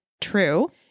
true